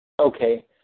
Okay